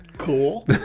cool